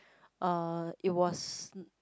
uh it was